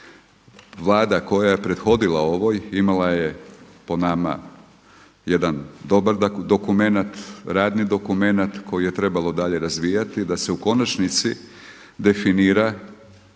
vlada koja je prethodila ovoj imala je po nama jedan dobar dokumenat, radni dokumenat koji je trebalo dalje razvijati da se u konačnici definira